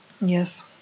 Yes